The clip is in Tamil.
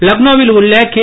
லக்னோவில் உள்ள கே